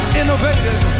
innovative